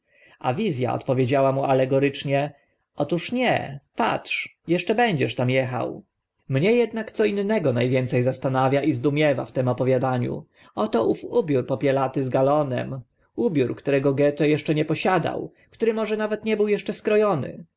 a odpowiedziała mu alegorycznie otóż nie patrz eszcze będziesz tam echał mnie ednak co innego na więce zastanawia i zdumiewa w tym opowiadaniu oto ów ubiór popielaty z galonem ubiór którego goethe eszcze nie posiadał który może nawet nie był eszcze skro